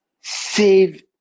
save